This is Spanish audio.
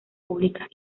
públicas